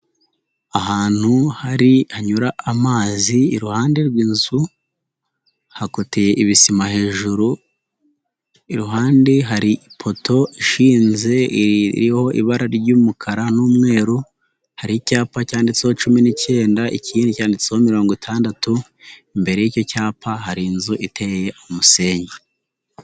Ahantu hari hanyura amazi iruhande rw'inzu, hakoteye ibisima hejuru, iruhande hari ipoto ishinze iriho ibara ry'umukara n'umweru, hari icyapa cyanditseho cumi n'icyenda, ikindi cyanditseho mirongo itandatu, imbere y'icyo cyapa, hari inzu iteye umusenyi.